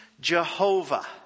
Jehovah